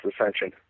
Ascension